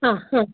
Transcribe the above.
ആ ആ